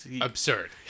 absurd